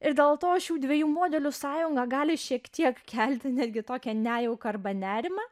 ir dėl to šių dviejų modelių sąjunga gali šiek tiek kelti netgi tokią nejautrą arba nerimą